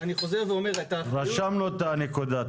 רשמנו את הנקודה.